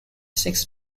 six